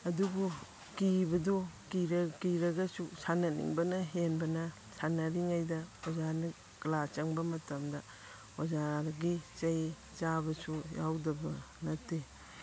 ꯑꯗꯨꯕꯨ ꯀꯤꯕꯗꯨ ꯀꯤꯔꯒꯁꯨ ꯁꯥꯟꯅꯅꯤꯡꯕꯅ ꯍꯦꯟꯕꯅ ꯁꯥꯟꯅꯔꯤꯉꯩꯗ ꯑꯣꯖꯥꯅ ꯀ꯭ꯂꯥꯁ ꯆꯪꯕ ꯃꯇꯝꯗ ꯑꯣꯖꯥꯒꯤ ꯆꯩ ꯆꯥꯕꯁꯨ ꯌꯥꯎꯗꯕ ꯅꯠꯇꯦ